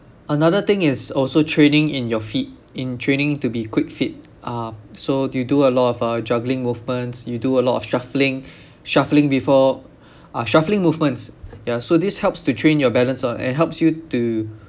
another thing is also training in your feet in training to be quick feet uh so do you do a lot of uh juggling movements you do a lot of shuffling shuffling before uh shuffling movements ya so this helps to train your balance ah and it helps you to